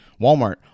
walmart